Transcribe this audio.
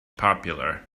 popular